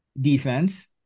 defense